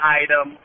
item